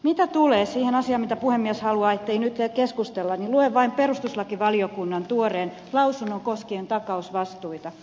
mitä tulee siihen asiaan josta puhemies haluaa ettei nyt keskustella niin luen vain perustuslakivaliokunnan tuoreen lausunnon koskien takausvastuita